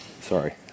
sorry